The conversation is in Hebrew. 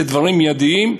זה דברים מיידיים,